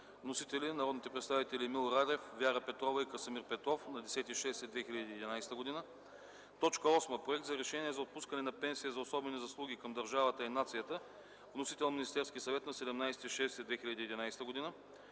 Вносители – народните представители Емил Радев, Вяра Петрова и Красимир Петров на 10 юни 2011 г. 8. Проект за решение за отпускане на пенсия за особени заслуги към държавата и нацията. Вносител – Министерският съвет на 17 юни 2011 г.